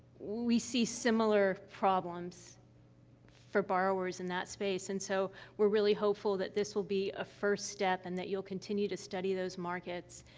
we see similar problems for borrowers in that space. and so, we're really hopeful that this will be a first step and that you'll continue to study those markets,